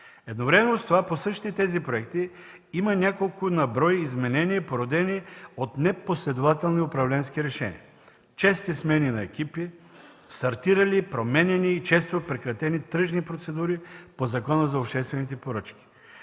Едновременно с това по същите тези проекти има няколко на брой изменения, породени от непоследователни управленски решения – чести смени на екипи, стартирали, променяни и често прекратени тръжни процедури по Закона за обществените поръчки,